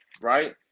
right